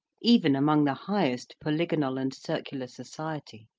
even among the highest polygonal and circular society.